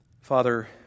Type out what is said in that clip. Father